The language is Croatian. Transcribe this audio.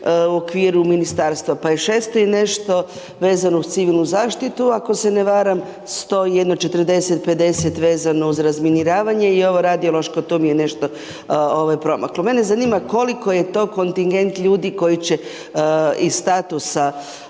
u okviru ministarstva, pa je 600 i nešto vezano uz civilnu zaštitu ako se ne varam, 100 i jedno 40, 50 vezano uz razminiravanje i ovo radiološko to mi je nešto ovaj promaklo. Mene zanima koliko je to kontigent ljudi koji će iz statusa